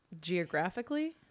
geographically